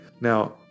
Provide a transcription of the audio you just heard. Now